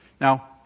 Now